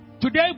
Today